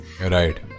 Right